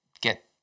get